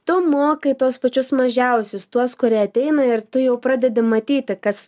tu mokai tuos pačius mažiausius tuos kurie ateina ir tu jau pradedi matyti kas